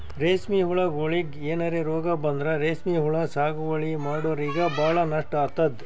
ರೇಶ್ಮಿ ಹುಳಗೋಳಿಗ್ ಏನರೆ ರೋಗ್ ಬಂದ್ರ ರೇಶ್ಮಿ ಹುಳ ಸಾಗುವಳಿ ಮಾಡೋರಿಗ ಭಾಳ್ ನಷ್ಟ್ ಆತದ್